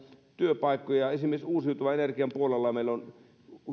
työpaikkoja esimerkiksi uusiutuvan energian puolella meillä on